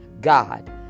God